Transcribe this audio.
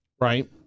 right